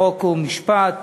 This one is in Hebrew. חוק ומשפט.